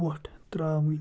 وۄٹھ ترٛاوٕنۍ